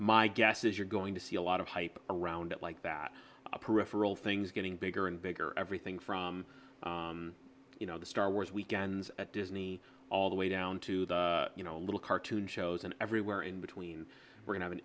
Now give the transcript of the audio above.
guess is you're going to see a lot of hype around like that peripheral things getting bigger and bigger everything from you know the star wars weekends at disney all the way down to the you know little cartoon shows and everywhere in between where you have an